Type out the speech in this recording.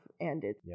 ended